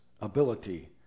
ability